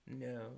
no